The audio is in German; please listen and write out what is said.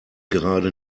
gerade